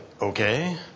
Okay